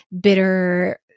bitter